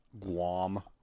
guam